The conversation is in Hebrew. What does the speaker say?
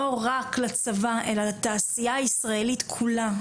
לא רק לצבא אלא לתעשייה הישראלית כולה.